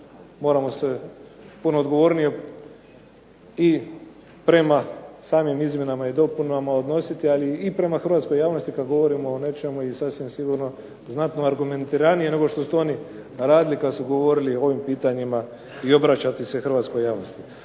moramo se puno odgovornije i prema samim izmjenama i dopunama odnositi, ali i prema Hrvatskoj javnosti kada govorimo o nečemu i sasvim sigurno znatno argumentiranije nego što su to oni radili kada su govorili o ovim pitanjima i obraćati se Hrvatskoj javnosti.